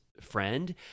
friend